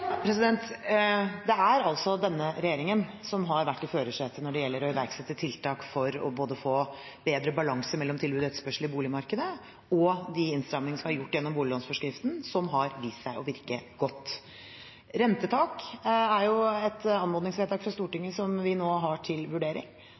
Det er denne regjeringen som har sittet i førersetet både når det gjelder å iverksette tiltak for å få bedre balanse mellom tilbud og etterspørsel i boligmarkedet, og når det gjelder de innstramningene som er gjort gjennom boliglånsforskriften, som har vist seg å virke godt. Rentetak er et anmodningsvedtak